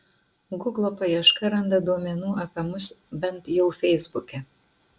guglo paieška randa duomenų apie mus bent jau feisbuke